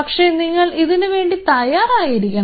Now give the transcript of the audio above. പക്ഷേ നിങ്ങൾ ഇതിനുവേണ്ടി തയ്യാറായിരിക്കണം